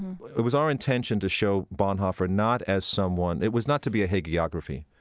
it was our intention to show bonhoeffer not as someone-it was not to be a hagiography.